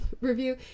review